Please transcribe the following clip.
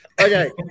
Okay